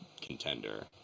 contender